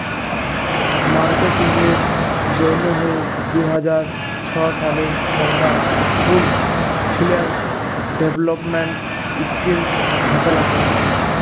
মার্কেটিংয়ের জ্যনহে দু হাজার ছ সালে সরকার পুল্ড ফিল্যাল্স ডেভেলপমেল্ট ইস্কিম ঘষলা ক্যরে